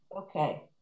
Okay